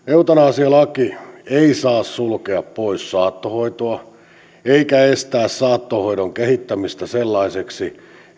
eutanasialaki ei saa sulkea pois saattohoitoa eikä estää saattohoidon kehittämistä sellaiseksi